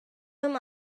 him